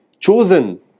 chosen